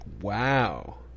Wow